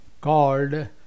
called